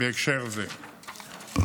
בהקשר זה.